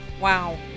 Wow